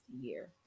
year